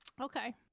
Okay